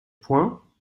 point